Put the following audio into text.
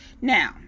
Now